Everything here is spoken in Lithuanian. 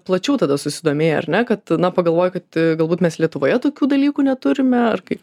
plačiau tada susidomėjai ar ne kad na pagalvojai kad galbūt mes lietuvoje tokių dalykų neturime ar kaip